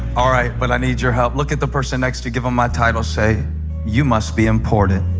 all. right, but i need your help look at the person next to give them my title say you must be important.